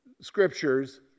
scriptures